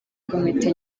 komite